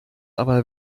aber